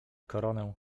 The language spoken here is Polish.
koronę